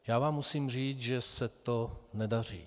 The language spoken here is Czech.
Já vám musím říci, že se to nedaří.